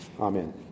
Amen